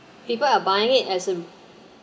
people are buying it as a